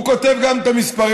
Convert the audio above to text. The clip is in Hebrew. הוא כותב גם את המספרים,